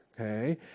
Okay